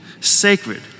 sacred